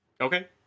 Okay